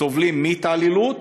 סובלים מהתעללות,